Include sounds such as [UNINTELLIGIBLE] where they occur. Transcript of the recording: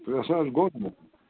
ترٛےٚ ساس [UNINTELLIGIBLE]